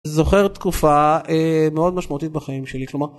זוכר תקופה מאוד משמעותית בחיים שלי, כלומר.